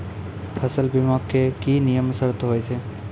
फसल बीमा के की नियम सर्त होय छै?